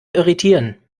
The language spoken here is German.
irritieren